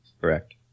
Correct